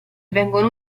vengono